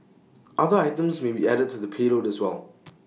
other items may be added to the payload as well